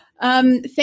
Thank